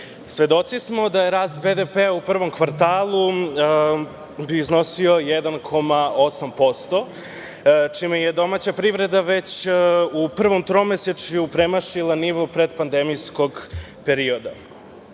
godinu. Svedoci smo da je rast BDP u prvom kvartalu iznosio 1,8% čime je domaća privreda već u prvom tromesečju premašila nivo predpandemijskog perioda.